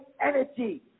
energy